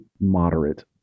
moderate